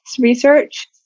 research